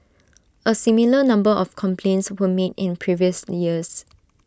A similar number of complaints were made in previous years